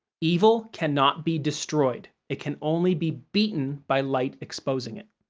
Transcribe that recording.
evil cannot be destroyed, it can only be beaten by light exposing it.